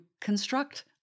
construct